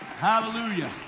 Hallelujah